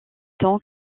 temps